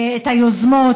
את היוזמות,